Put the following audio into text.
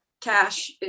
cash